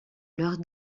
leur